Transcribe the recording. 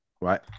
Right